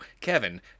Kevin